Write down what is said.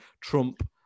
Trump